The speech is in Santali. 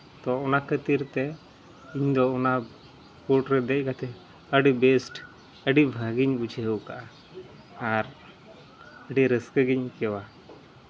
ᱛᱚ ᱚᱱᱟ ᱠᱷᱟᱹᱛᱤᱨ ᱛᱮ ᱤᱧ ᱫᱚ ᱚᱱᱟ ᱵᱳᱰ ᱨᱮ ᱫᱮᱡ ᱠᱟᱛᱮᱫ ᱟᱹᱰᱤ ᱵᱮᱥᱴ ᱟᱹᱰᱤ ᱵᱷᱟᱹᱜᱤᱧ ᱵᱩᱡᱷᱟᱹᱣ ᱠᱟᱜᱼᱟ ᱟᱨ ᱟᱹᱰᱤ ᱨᱟᱹᱥᱠᱟᱹ ᱜᱤᱧ ᱟᱹᱭᱠᱟᱹᱣᱟ